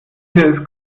ist